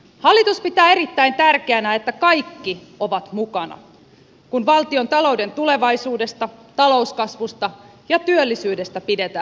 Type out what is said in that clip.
hallitus pitää erittäin tärkeänä että kaikki ovat mukana kun valtiontalouden tulevaisuudesta talouskasvusta ja työllisyydestä pidetään huolta